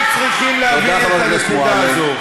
הם צריכים להבין את הנקודה הזו." תודה,